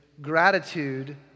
gratitude